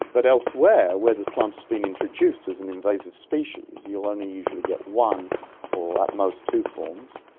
but elsewhere where the plant has been introduced as an invasive species, you'll only usually get one or at most two forms,